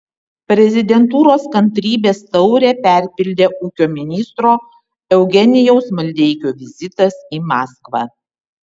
prezidentūros kantrybės taurę perpildė ūkio ministro eugenijaus maldeikio vizitas į maskvą